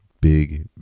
big